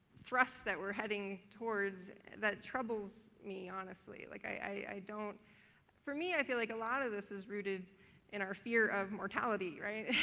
thrust that we're heading towards that troubles me honestly. like i don't for me, i feel like a lot of this is rooted in our fear of mortality, right?